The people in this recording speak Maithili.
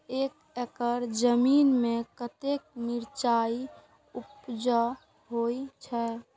एक एकड़ जमीन में कतेक मिरचाय उपज होई छै?